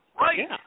Right